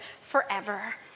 forever